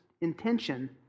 intention